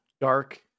dark